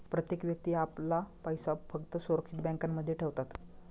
प्रत्येक व्यक्ती आपला पैसा फक्त सुरक्षित बँकांमध्ये ठेवतात